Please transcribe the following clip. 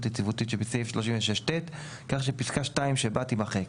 יציבותית" שבסעיף 36ט כך שבפסקה (2) שבה תימחק,